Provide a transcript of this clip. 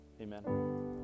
Amen